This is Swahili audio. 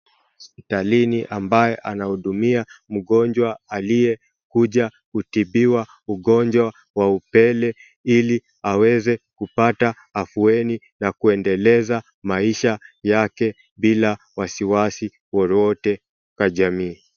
Hospitalini ambaye anahudumia mgonjwa aliyekuja kutibiwa ugonjwa wa upele ili aweze kupata afueni na kuendeleza maisha yake bila wasiwasi wowote kwa jamii.